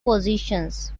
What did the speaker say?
positions